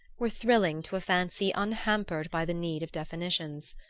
were thrilling to a fancy unhampered by the need of definitions.